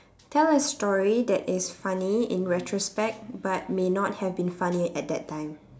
tell a story that is funny in retrospect but may not have been funny at that time